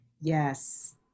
Yes